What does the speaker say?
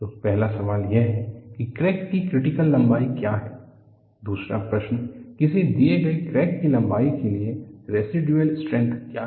तो पहला सवाल यह है कि क्रैक की क्रिटिकल लंबाई क्या है दूसरा प्रश्न किसी दिए गए क्रैक की लंबाई के लिए है रेसिड्यूल स्ट्रेंथ क्या है